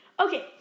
Okay